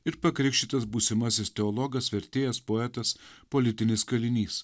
ir pakrikštytas būsimasis teologas vertėjas poetas politinis kalinys